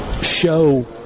show